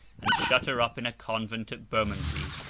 and shut her up in a convent at bermondsey.